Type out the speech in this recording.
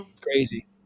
crazy